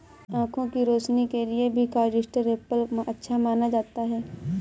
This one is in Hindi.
आँखों की रोशनी के लिए भी कस्टर्ड एप्पल अच्छा माना जाता है